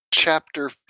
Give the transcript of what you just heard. Chapter